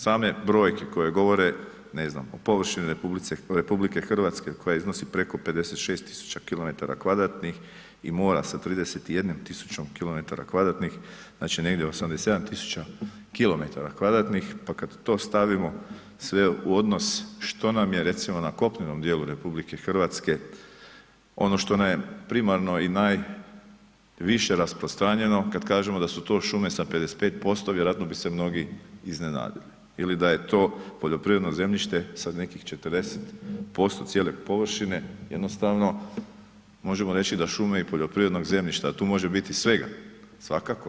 Same brojke koje govore ne znam, o površini RH koja iznosi preko 56 tisuća km kvadratnih i mora sa 31 tisućom km kvadratnih, znači negdje 87 tisuća km kvadratnih, pa kad to stavimo sve u odnos što nam je, recimo na kopnenom dijelu RH, ono što nam je primarno i najviše rasprostranjeno, kad kažemo da su to šume sa 55%, vjerojatno bi se mnogi iznenadili ili da je to poljoprivredno zemljište sa nekih 40% cijele površine, jednostavno, možemo reći da šume i poljoprivrednog zemljišta, a tu može biti svega, svakako.